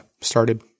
started